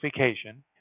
vacation